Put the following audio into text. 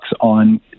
on